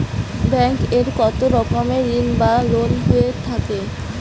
Bank এ কত রকমের ঋণ বা লোন হয়ে থাকে?